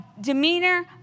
demeanor